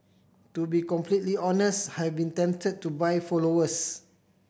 to be completely honest have been tempted to buy followers